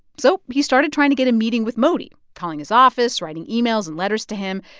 so he started trying to get a meeting with modi calling his office, writing emails and letters to him.